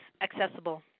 accessible